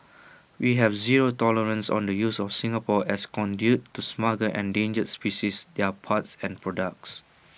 we have zero tolerance on the use of Singapore as conduit to smuggle endangered species their parts and products